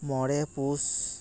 ᱢᱚᱬᱮ ᱯᱩᱥ